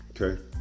Okay